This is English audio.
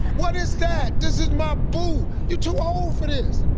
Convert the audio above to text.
what is that? this is my boo! you too old for this!